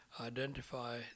identify